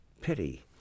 pity